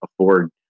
afford